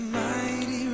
mighty